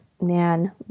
Nan